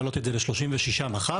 ורוצים להעלות את זה ל-36,000 שקלים מחר,